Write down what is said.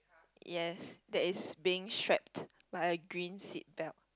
yes that is being strapped by a green seatbelt